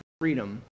freedom